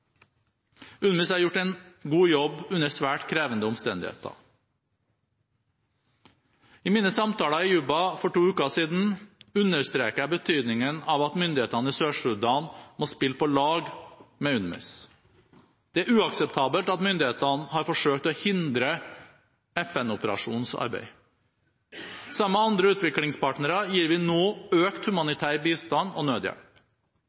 har gjort en god jobb under svært krevende omstendigheter. I mine samtaler i Juba for to uker siden understreket jeg betydningen av at myndighetene i Sør-Sudan må spille på lag med UNMISS. Det er uakseptabelt at myndighetene har forsøkt å hindre FN-operasjonens arbeid. Sammen med andre utviklingspartnere gir vi nå økt humanitær bistand og nødhjelp.